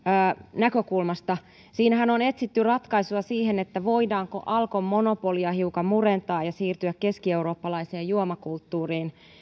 näkökulmasta siinähän on etsitty ratkaisua siihen voidaanko alkon monopolia hiukan murentaa ja siirtyä keskieurooppalaiseen juomakulttuuriin